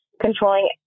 controlling